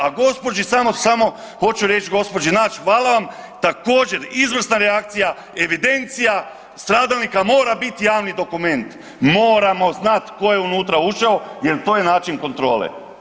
A gospođi samo hoću reći, gospođi Nađ, hvala vam također izvrsna reakcija, evidencija stradalnika mora bit javni dokument, moramo znati ko je unutra ušao jel to je način kontrole.